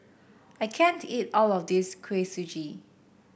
I can't eat all of this Kuih Suji